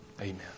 Amen